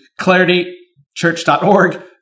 claritychurch.org